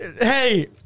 Hey